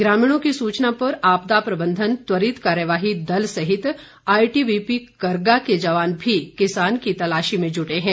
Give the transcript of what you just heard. ग्राचमीणों की सूचना पर आपदा प्रबंधन त्वरित कार्यवाही दल सहित आईटीबीपी करगा के जवान भी किसान की तलाशी में जुटे हैं